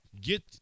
get –